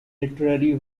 literary